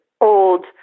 old